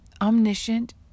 omniscient